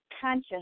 conscious